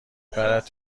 پرد